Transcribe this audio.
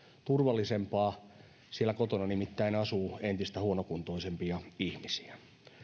turvallisempaa siellä kotona nimittäin asuu entistä huonokuntoisempia ihmisiä